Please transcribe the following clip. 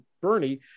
Bernie